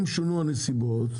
אם שונו הנסיבות,